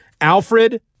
Alfred